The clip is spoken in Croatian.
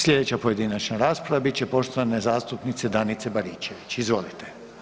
Slijedeća pojedinačna rasprava bit će poštovane zastupnice Danice Baričević, izvolite.